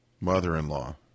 Mother-in-law